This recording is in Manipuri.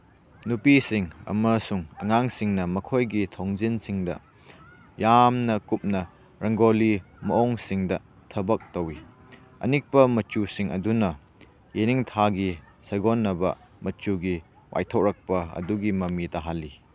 ꯅꯨꯄꯤꯁꯤꯡ ꯑꯃꯁꯨꯡ ꯑꯉꯥꯡꯁꯤꯡꯅ ꯃꯈꯣꯏꯒꯤ ꯊꯣꯡꯖꯤꯜꯁꯤꯡꯗ ꯌꯥꯝꯅ ꯀꯨꯞꯅ ꯔꯪꯒꯣꯂꯤ ꯃꯑꯣꯡꯁꯤꯡꯗ ꯊꯕꯛ ꯇꯧꯏ ꯑꯅꯤꯛꯄ ꯃꯆꯨꯁꯤꯡ ꯑꯗꯨꯅ ꯌꯦꯅꯤꯡꯊꯥꯒꯤ ꯁꯥꯒꯣꯟꯅꯕ ꯃꯆꯨꯒꯤ ꯋꯥꯏꯊꯣꯔꯛꯄ ꯑꯗꯨꯒꯤ ꯃꯃꯤ ꯇꯥꯍꯜꯂꯤ